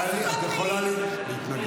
טלי, את יכולה להתנגד.